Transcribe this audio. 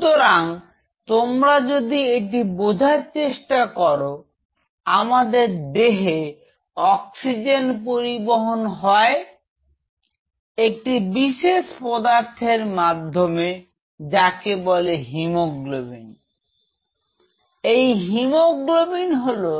সুতরাং তোমরা যদি এটা বোঝার চেষ্টা করো আমাদের দেহে অক্সিজেনের পরিবহন হয় একটি বিশেষ পদার্থের মাধ্যমে যাকে বলে হিমোগ্লোবিন এই হিমোগ্লোবিন হলো